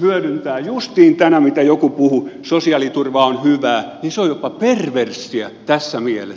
hyödyntävät justiin mitä joku tänään puhui että sosiaaliturva on hyvää mutta se on jopa perverssiä tässä mielessä